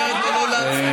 אומרת לו לא להסכים?